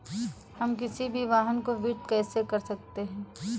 हम किसी भी वाहन को वित्त कैसे कर सकते हैं?